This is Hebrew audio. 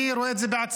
אני רואה את זה בעצמי.